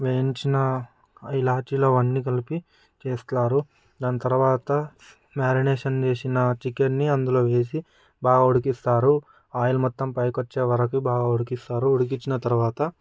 వేయించిన ఇలాచీలు అవన్నీ కలిపి చేస్తారు దాని తర్వాత మ్యారినేషన్ చేసిన చికెన్ని అందులో వేసి బాగా ఉడికిస్తారు ఆయిల్ మొత్తం పైకొచ్చేవరకు బాగా ఉడికిస్తారు ఉడికించిన తర్వాత